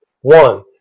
One